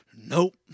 nope